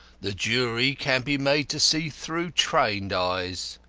the jury can be made to see through trained eyes.